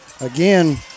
Again